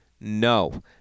No